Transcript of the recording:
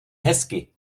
hezky